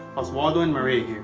oswaldo and maria